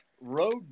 road